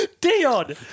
Dion